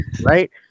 right